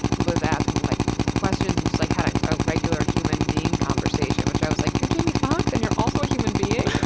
was asking, like, questions and just, like, had ah a regular human being conversation. which i was like, you're jamie foxx and you're also a human being?